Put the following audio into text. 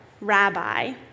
Rabbi